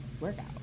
workout